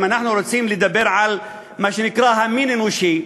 אם אנחנו רוצים לדבר על מה שנקרא המין האנושי,